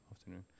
afternoon